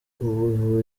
ubu